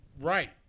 Right